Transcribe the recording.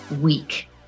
week